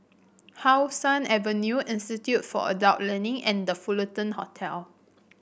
How Sun Avenue Institute for Adult Learning and The Fullerton Hotel